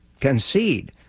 concede